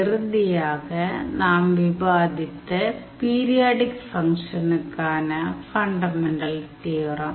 இறுதியாக நாம் விவாதித்த பீரியாடிக் ஃபங்க்ஷனுக்கான ஃபண்டமென்டல் தியோரம்